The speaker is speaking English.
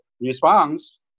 response